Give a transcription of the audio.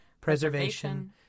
preservation